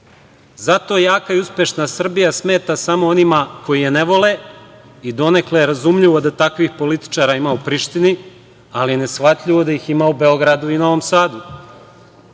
jaka i uspešna Srbija smeta samo onima koji je ne vole i donekle razumljivo da takvih političara ima u Prištini, ali neshvatljivo da ih ima u Beogradu i Novom Sadu.